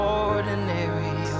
ordinary